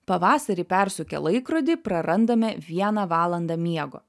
pavasarį persukę laikrodį prarandame vieną valandą miego